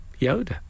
Yoda